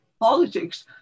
politics